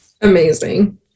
amazing